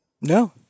No